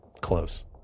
close